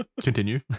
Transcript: Continue